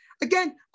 again